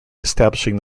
establishing